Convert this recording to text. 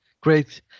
Great